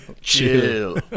chill